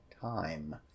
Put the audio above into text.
time